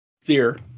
Seer